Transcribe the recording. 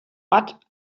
but